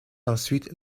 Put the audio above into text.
ensuite